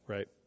Right